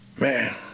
Man